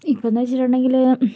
ഇപ്പോന്നു വെച്ചിട്ടുണ്ടെങ്കില്